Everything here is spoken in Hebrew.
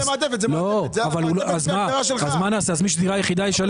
אבל זו לא הדירה היחידה.